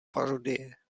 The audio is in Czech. parodie